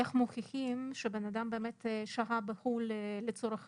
איך מוכיחים שבן אדם באמת שהה בחו"ל לצורך